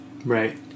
Right